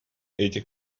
этих